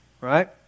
right